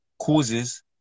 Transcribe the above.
Causes